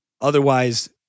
otherwise